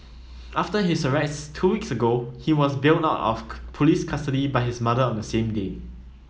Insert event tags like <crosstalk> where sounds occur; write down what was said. after his arrest two weeks ago he was bailed out of <unintelligible> police custody by his mother on the same day